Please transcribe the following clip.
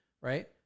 right